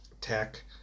tech